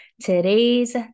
Today's